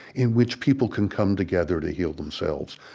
in which people can come together to heal themselves.